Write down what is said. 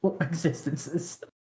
existences